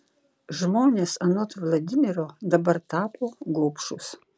žmonės anot vladimiro dabar tapo gobšūs